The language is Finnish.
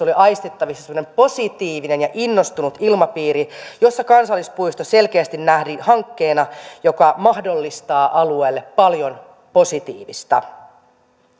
oli aistittavissa semmoinen positiivinen ja innostunut ilmapiiri jossa kansallispuisto selkeästi nähtiin hankkeena joka mahdollistaa alueelle paljon positiivista